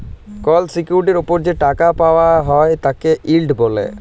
call সিকিউরিটির ওপর যে টাকা পাওয়াক হ্যয় তাকে ইল্ড ব্যলে